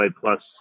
plus